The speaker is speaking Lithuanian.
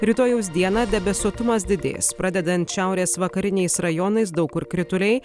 rytojaus dieną debesuotumas didės pradedant šiaurės vakariniais rajonais daug kur krituliai